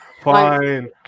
Fine